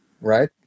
right